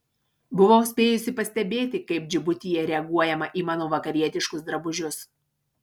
buvau spėjusi pastebėti kaip džibutyje reaguojama į mano vakarietiškus drabužius